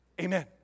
Amen